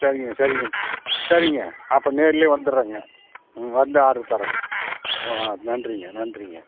சரிங்க சரிங்க சரிங்க அப்போ நேர்லேயே வந்துடுறேங்க ம் வந்து ஆட்ரு தர்றேங்க ஆ நன்றிங்க நன்றிங்க